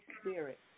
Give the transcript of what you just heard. Spirit